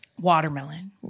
Watermelon